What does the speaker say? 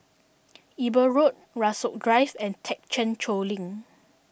Eber Road Rasok Drive and Thekchen Choling